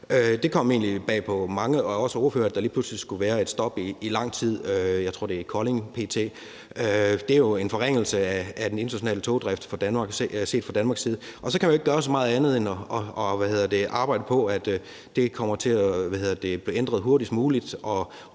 egentlig bag på mange af os ordførere, at der lige pludselig skulle være et stop i lang tid – jeg tror, at det p.t. er i Kolding. Det er jo en forringelse af den internationale togdrift set fra Danmarks side. Og så kan man jo ikke gøre så meget andet end at arbejde på, at det kommer til at blive ændret hurtigst muligt,